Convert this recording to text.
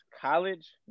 college